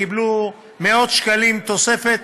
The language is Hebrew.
קיבלו מאות שקלים תוספת.